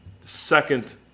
second